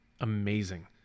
amazing